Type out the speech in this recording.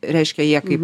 reiškia jie kai